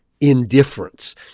indifference